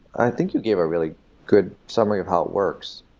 i think you gave a really good summary of how it works.